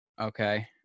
Okay